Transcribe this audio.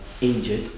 injured